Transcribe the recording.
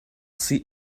see